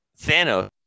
Thanos